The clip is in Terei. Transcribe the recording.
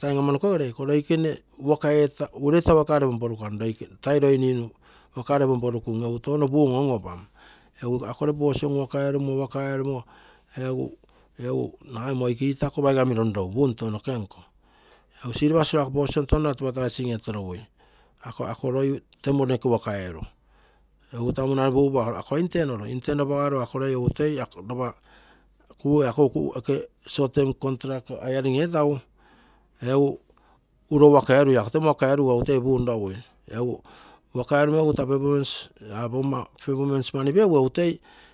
taim amanokogere ioikene ureita waka ere ponporukam. tai roi ninu waka ere ponporukum egu touno puum on opan. Egu akogere position waka erumo nagai moi keitako paigami ron rogu puum tounoke nko egu silopasi regu ako possition touno advertising etorogui. ako roi temo waka eeru munare pugupa ako, ako short term contruct hire etagu egu uro waka erui, waka eruro egu toi puum rogui. waka eregu egu taa performance egu toi